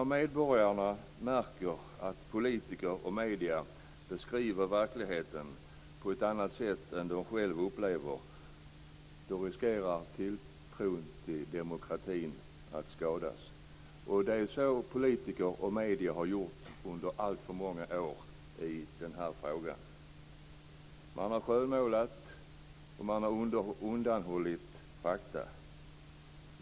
När medborgarna märker att politiker och medier beskriver verkligheten på ett annat sätt än de själva upplever den, riskerar tilltron till demokratin att skadas. Det är så politiker och medier har gjort under alltför många år i den här frågan. Man har skönmålat, och man har undanhållit fakta.